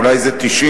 אולי זה 90?